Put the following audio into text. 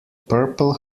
purple